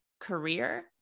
career